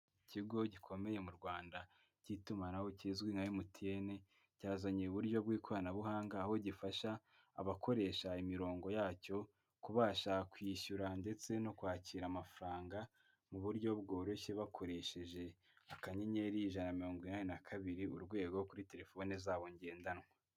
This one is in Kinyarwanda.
Ikigo gikomeye mu Rwanda cy'itumanaho kizwi nka MTN, cyazanye uburyo bw'ikoranabuhanga aho gifasha abakoresha imirongo yacyo kubasha kwishyura ndetse no kwakira amafaranga mu buryo bworoshye, bakoresheje akanyenyeri ijana na mirongo inani na kabiri, urwego kuri terefone zabo ngendanwa.